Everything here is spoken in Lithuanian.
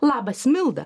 labas milda